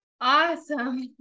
awesome